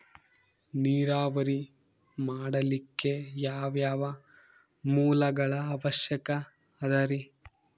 ನೇರಾವರಿ ಮಾಡಲಿಕ್ಕೆ ಯಾವ್ಯಾವ ಮೂಲಗಳ ಅವಶ್ಯಕ ಅದರಿ?